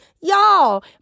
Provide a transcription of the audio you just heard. y'all